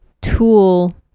tool